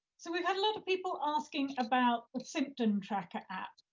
so we've had a lot of people asking about a symptom tracker app.